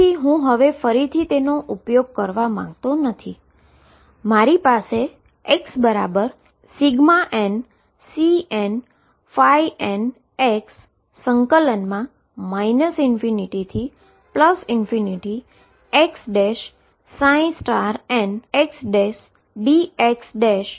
તેથી હું ફરીથી તેનો ઉપયોગ કરવા માંગતો નથી અને પછી મારી પાસે xnCnn ∞xnxdxn fછે